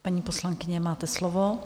Paní poslankyně, máte slovo.